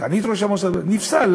סגנית ראש המוסד, נפסלה.